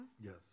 Yes